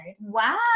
wow